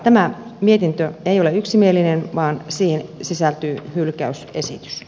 tämä mietintö ei ole yksimielinen vaan siihen sisältyy hylkäysesitys